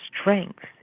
strength